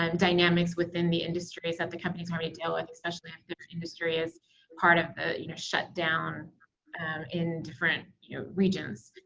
um dynamics within the industries that the company's already dealing with, especially if the industry is part of the you know shutdown in different you know regions.